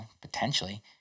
potentially